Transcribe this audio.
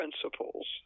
principles